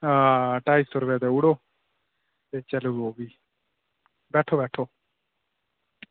आं ढाई सौ रपेआ देई ओड़ो ते चली पवो भी बैठो बैठो